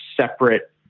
separate